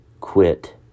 quit